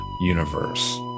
universe